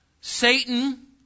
Satan